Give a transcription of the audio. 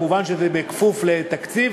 מובן שזה כפוף לתקציב.